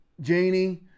Janie